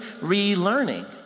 relearning